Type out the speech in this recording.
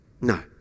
No